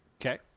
Okay